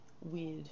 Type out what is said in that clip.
weird